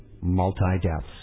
multi-deaths